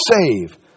save